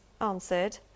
answered